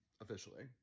officially